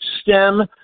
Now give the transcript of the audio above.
STEM